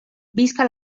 visca